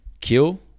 kill